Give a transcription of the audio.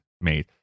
made